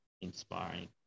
inspiring